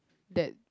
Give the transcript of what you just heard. that